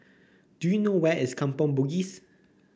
do you know where is Kampong Bugis